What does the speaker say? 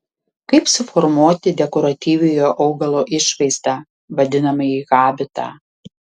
kaip suformuoti dekoratyviojo augalo išvaizdą vadinamąjį habitą